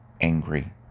angry